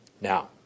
Now